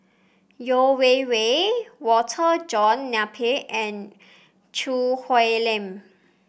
Yeo Wei Wei Walter John Napier and Choo Hwee Lim